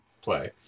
play